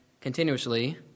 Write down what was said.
continuously